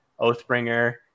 Oathbringer